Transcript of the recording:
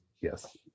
Yes